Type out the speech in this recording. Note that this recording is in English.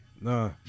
Nah